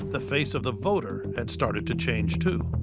the face of the voter had started to change, too.